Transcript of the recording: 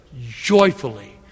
joyfully